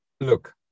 Look